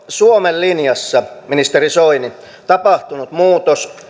suomen linjassa ministeri soini tapahtunut muutos